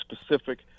specific